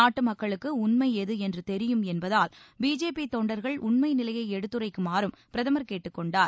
நாட்டு மக்களுக்கு உண்மை எது என்று தெரியும் என்பதால் பிஜேபி தொண்டர்கள் உண்மை நிலைய எடுத்துரைக்குமாறும் பிரதமர் கேட்டுக்கொண்டார்